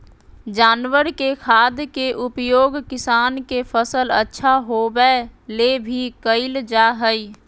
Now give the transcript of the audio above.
जानवर के खाद के उपयोग किसान के फसल अच्छा होबै ले भी कइल जा हइ